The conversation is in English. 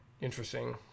interesting